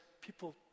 people